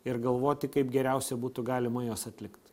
ir galvoti kaip geriausia būtų galima juos atlikt